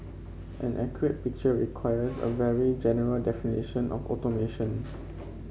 an accurate picture requires a very general definition of automation